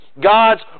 God's